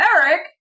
Eric